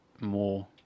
more